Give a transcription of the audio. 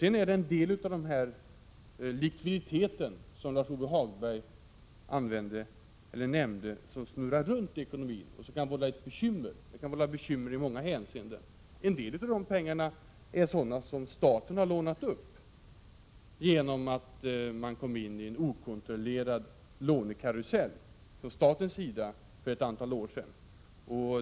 Sedan är det en del av den likviditet som Lars-Ove Hagberg nämnde, som snurrar runt i ekonomin och som kan vålla bekymmer i många hänseenden. En del av dessa pengar är sådana som staten harlånat upp genom att man från statens sida för ett antal år sedan kom ini en okontrollerad lånekarusell.